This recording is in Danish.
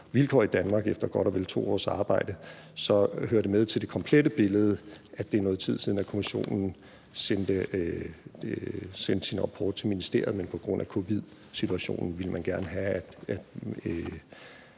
vilkår i Danmark efter godt og vel 2 års arbejde, hører det med til det komplette billede, at det er nogen tid siden, kommissionen sendte sin rapport til ministeriet, men på grund af covid-19-situationen ville man gerne have, at